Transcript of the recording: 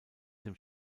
dem